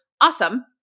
awesome